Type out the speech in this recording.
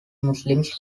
muslims